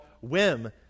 whim